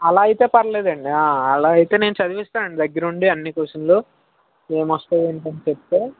అలా అయితే పర్లేదండి అలా అయితే నేను చదివిస్తాను దగ్గర ఉండి అన్ని క్వశ్చన్లు ఏమోస్తాయో కొంచెం చెప్తే